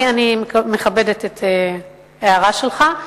אני מכבדת את ההערה שלך.